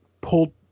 pulled